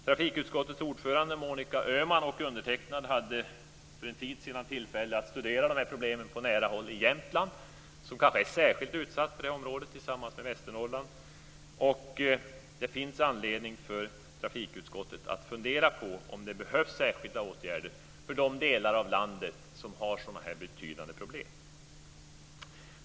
Trafikutskottets ordförande Monica Öhman och jag hade för en tid sedan tillfälle att studera problemen på nära håll i Jämtland som, kanske tillsammans med Västernorrland, är särskilt utsatt. Det finns anledning för trafikutskottet att fundera på om det behövs särskilda åtgärder för de delar av landet som har sådana betydande problem.